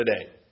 today